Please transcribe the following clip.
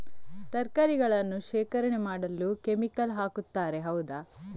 ತರಕಾರಿಗಳನ್ನು ಶೇಖರಣೆ ಮಾಡಲು ಕೆಮಿಕಲ್ ಹಾಕುತಾರೆ ಹೌದ?